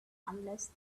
unless